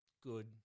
good